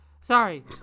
Sorry